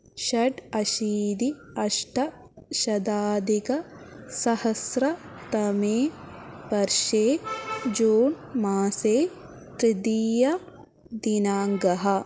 षडशीतिः अष्टशताधिकसहस्रतमे वर्षे जून् मासे तृतीयदिनाङ्कः